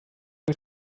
was